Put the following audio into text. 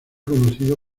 conocido